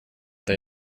they